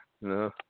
No